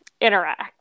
interact